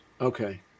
Okay